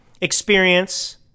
experience